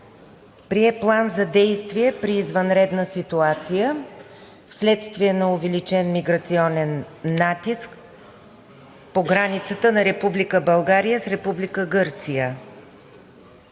прие План за действие при извънредна ситуация вследствие на увеличен миграционен натиск по границата на Република България с Република